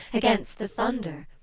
against the thunder?